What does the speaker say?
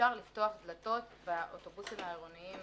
אפשר לפתוח דלתות באוטובוסים העירוניים